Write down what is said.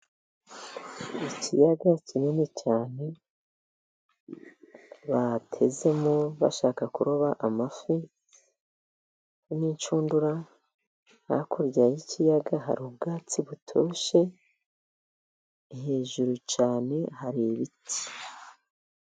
Ikiyaga kinini cyane, batezemo bashaka kuroba amafi n'ishundura, hakurya y'ikiyaga hari ubwatsi butoshye, hejuru cyane hari ibiti.